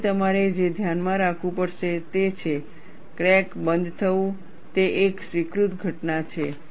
તેથી તમારે જે ધ્યાનમાં રાખવું પડશે તે છે ક્રેક બંધ થવું એ એક સ્વીકૃત ઘટના છે